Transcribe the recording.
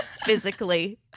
physically